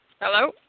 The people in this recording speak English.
Hello